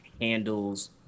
handles